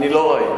אני לא ראיתי.